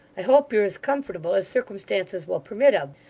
i hope you're as comfortable as circumstances will permit of.